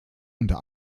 unter